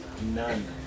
None